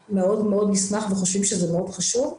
מאוד-מאוד נשמח ואנחנו חושבים שזה מאוד חשוב.